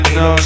no